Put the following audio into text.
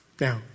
Now